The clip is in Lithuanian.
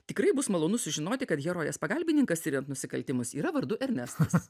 tikrai bus malonu sužinoti kad herojės pagalbininkas tiriant nusikaltimus yra vardu ernestas